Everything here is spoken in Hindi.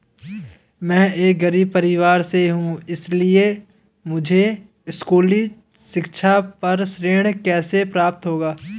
मैं एक गरीब परिवार से हूं इसलिए मुझे स्कूली शिक्षा पर ऋण कैसे प्राप्त होगा?